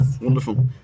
Wonderful